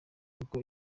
kuko